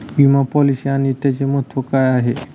विमा पॉलिसी आणि त्याचे महत्व काय आहे?